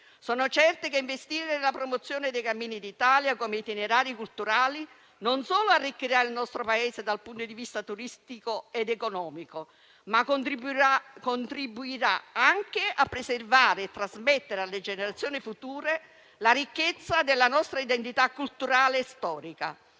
Sono certa che investire nella promozione dei cammini d'Italia come itinerari culturali non solo arricchirà il nostro Paese dal punto di vista turistico ed economico, ma contribuirà anche a preservare e trasmettere alle generazioni future la ricchezza della nostra identità culturale e storica.